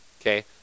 Okay